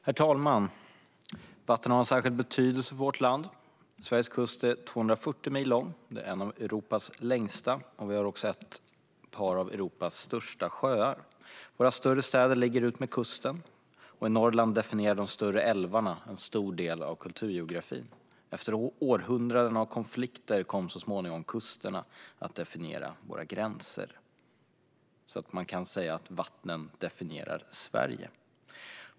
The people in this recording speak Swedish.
Herr talman! Vatten har en särskild betydelse för vårt land. Sveriges kust är 240 mil lång, vilket är en av Europas längsta. Vi har också ett par av Europas största sjöar. Våra större städer ligger utmed kusten, och i Norrland definierar de större älvarna en stor del av kulturgeografin. Efter århundraden av konflikter kom så småningom kusterna att definiera våra gränser. Man kan alltså säga att vattnen definierar Sverige.